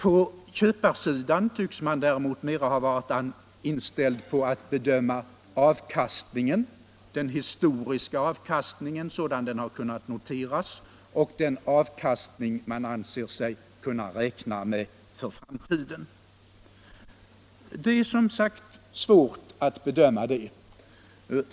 På köparsidan tycks man däremot mera ha varit inställd på att bedöma avkastningen, den historiska avkastningen sådan den har kunnat noteras, och den avkastning man anser sig kunna räkna med för framtiden. Det 179 är som sagt svårt att bedöma detta.